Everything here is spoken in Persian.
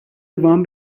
وام